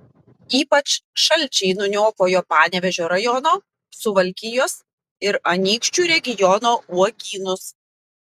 ypač šalčiai nuniokojo panevėžio rajono suvalkijos ir anykščių regiono uogynus